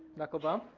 knuckle bump.